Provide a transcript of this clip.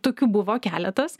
tokių buvo keletas